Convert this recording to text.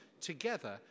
together